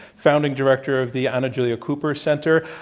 founding director of the anna julia cooper center.